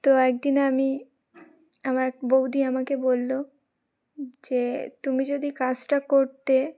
তো একদিন আমি আমার এক বৌদি আমাকে বলল যে তুমি যদি কাজটা করতে